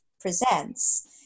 presents